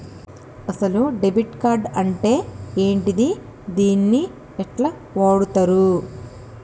అసలు debit card అంటే ఏంటిది? దీన్ని ఎట్ల వాడుతరు?